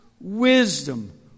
wisdom